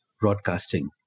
broadcasting